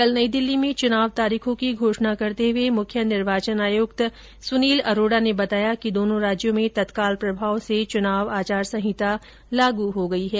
कल नई दिल्ली में चुनाव तारीखों की घोषणा करते हुए मुख्य निर्वाचन आयुक्त सुनील अरोड़ा ने बताया कि दोनों राज्यों में तत्काल प्रभाव से चुनाव आचार संहिता लागू हो गई है